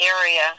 area